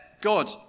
God